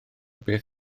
beth